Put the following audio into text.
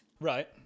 Right